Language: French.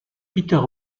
peter